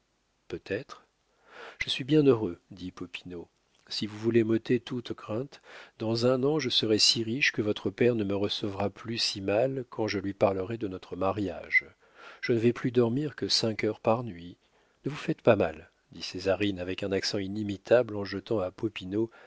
peut-être je suis bien heureux dit popinot si vous voulez m'ôter toute crainte dans un an je serai si riche que votre père ne me recevra plus si mal quand je lui parlerai de notre mariage je ne vais plus dormir que cinq heures par nuit ne vous faites pas de mal dit césarine avec un accent inimitable en jetant à